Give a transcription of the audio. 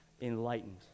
enlightened